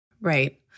Right